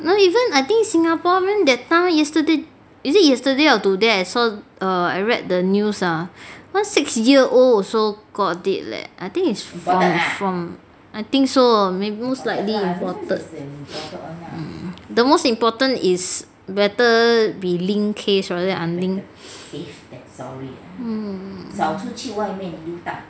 no even I think singaporean that time yesterday is it yesterday or today I saw err I read the news ah one six year old also got it leh I think is from from I think so I mean most likely imported the most important is better be linked case rather than unlinked mm